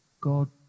God